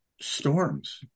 storms